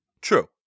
True